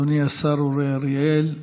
אדוני השר אורי אריאל,